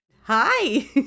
Hi